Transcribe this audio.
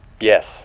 Yes